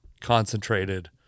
concentrated